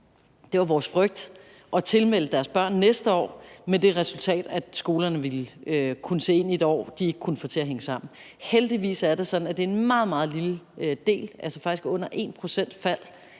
det var vores frygt – at tilmelde deres børn næste år, med det resultat, at skolerne ville kunne se ind i et år, de ikke kunne få til at hænge sammen. Heldigvis er det sådan, at det er et meget, meget lille fald – faktisk under 1 pct.